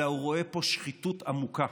אלא הוא רואה פה שחיתות עמוקה,